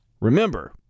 Remember